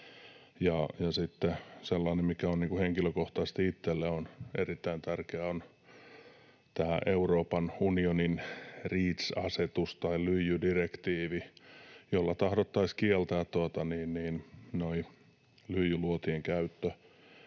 ja sellainen, mikä henkilökohtaisesti on itselle erittäin tärkeä, on tämä Euroopan unionin REACH-asetus tai lyijydirektiivi, jolla tahdottaisiin kieltää lyijyluotien käyttö